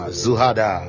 zuhada